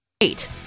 Eight